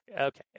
Okay